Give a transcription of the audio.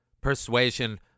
persuasion